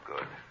Good